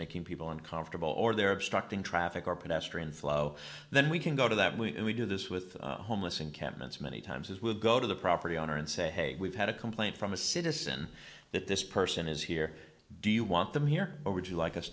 making people uncomfortable or they're obstructing traffic or pedestrian flow then we can go to that we do this with homeless encampments many times would go to the property owner and say hey we've had a complaint from a citizen that this person is here do you want them here or would you like us